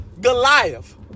Goliath